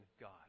God